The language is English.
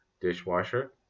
dishwasher